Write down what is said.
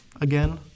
Again